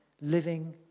living